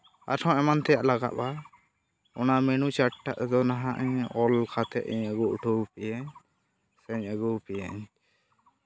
ᱟᱨᱦᱚᱸ ᱮᱢᱟᱱ ᱛᱮᱭᱟᱜ ᱞᱟᱜᱟᱣᱚᱜᱼᱟ ᱚᱱᱟ ᱢᱮᱱᱩ ᱪᱟᱴ ᱫᱚ ᱱᱟᱦᱟᱜ ᱤᱧ ᱚᱞ ᱠᱟᱛᱮᱫ ᱤᱧ ᱟᱹᱜᱩ ᱦᱚᱴᱚ ᱟᱯᱮᱭᱟᱹᱧ ᱥᱮᱧ ᱟᱹᱜᱩᱣᱟᱯᱮᱭᱟᱹᱧ